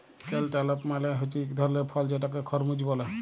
cantaloupe মালে হছে ইক ধরলের ফল যেটাকে খরমুজ ব্যলে